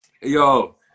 Yo